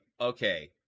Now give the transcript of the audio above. Okay